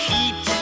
Heat